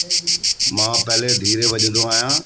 जय झूले मां पहले धीरे भॼंदो आहियां